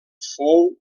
fou